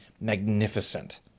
magnificent